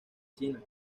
china